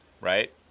right